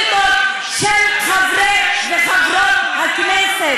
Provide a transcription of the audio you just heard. שאת לא, ולענות על שאילתות של חברי וחברות הכנסת.